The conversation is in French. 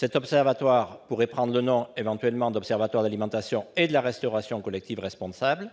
L'Observatoire pourrait éventuellement prendre le nom d'« observatoire de l'alimentation et de la restauration collective responsable ».